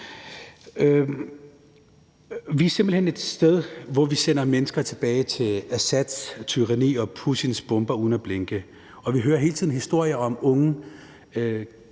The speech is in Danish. Vi er simpelt hen et sted, hvor vi sender mennesker tilbage til Assads tyranni og Putins bomber uden at blinke. Og vi hører hele tiden historier om unge